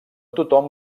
tothom